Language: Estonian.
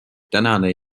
tänane